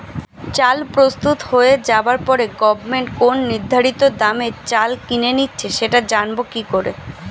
চাল প্রস্তুত হয়ে যাবার পরে গভমেন্ট কোন নির্ধারিত দামে চাল কিনে নিচ্ছে সেটা জানবো কি করে?